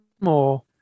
more